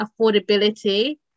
affordability